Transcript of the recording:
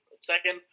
second